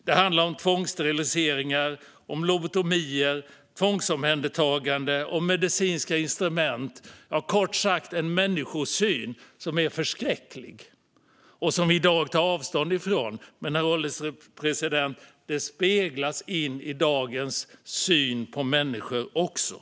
Det handlar om tvångssteriliseringar, lobotomier, tvångsomhändertaganden och medicinska experiment - kort sagt en människosyn som är förskräcklig och som vi i dag tar avstånd ifrån. Men den återspeglas även i dagens syn på människor, herr ålderspresident.